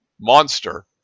monster